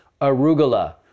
arugula